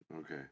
Okay